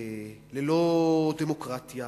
וללא דמוקרטיה